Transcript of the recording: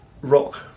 rock